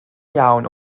iawn